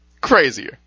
crazier